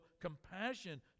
compassion